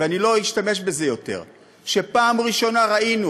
ואני לא אשתמש בזה יותר שפעם ראשונה ראינו,